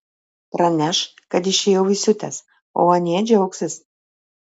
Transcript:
praneš kad išėjau įsiutęs o anie džiaugsis